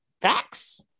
facts